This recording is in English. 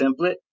template